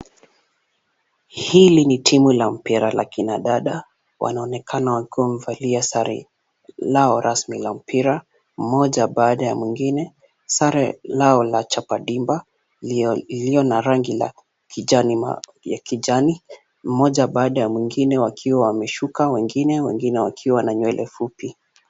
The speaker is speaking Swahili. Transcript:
Hili ni timu ya mpira ya akina dada, wanaonekana wakiwa wamevalia sare lao rasmi la mpira, mmoja baada ya mwingine, sare lao ya chapa ndiba iliyo na rangi ya kijani mmoja baada ya mwingine wakiwa wameshuka wengine, wengine wakiwa na nywele fupi.